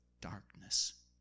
darkness